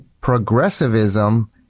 progressivism